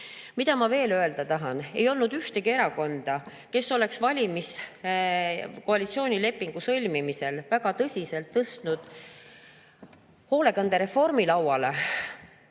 Mida ma veel öelda tahan? Ei olnud ühtegi erakonda, kes oleks koalitsioonilepingu sõlmimisel väga tõsiselt tõstnud hoolekandereformi lauale.